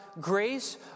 grace